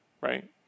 right